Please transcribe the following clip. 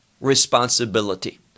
responsibility